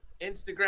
Instagram